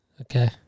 Okay